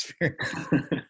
experience